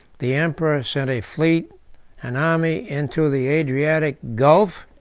the emperor sent a fleet and army into the adriatic gulf.